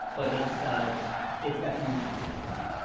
but it's it's definitely possible to do.